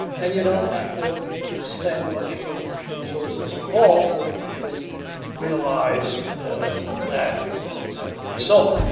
and you don't have to spend much of resources at all to ah to realize that result.